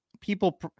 people